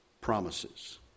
promises